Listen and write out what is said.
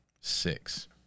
six